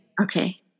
Okay